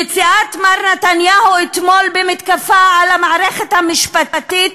יציאת מר נתניהו אתמול במתקפה על המערכת המשפטית